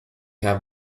have